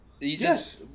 Yes